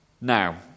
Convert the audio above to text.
Now